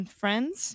friends